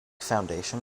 foundation